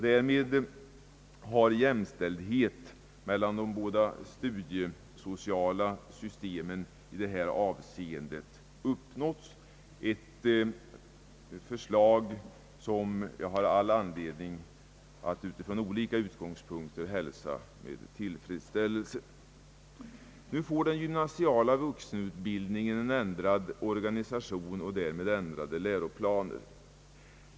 Därmed har jämställdhet mellan de båda studiesociala systemen i detta avseende uppnåtts, ett förslag som jag har all anledning att från olika utgångspunkter hälsa med tillfredsställelse. Nu får den gymnasiala vuxenutbildningen en ändrad organisation och därmed ändrade läroplaner.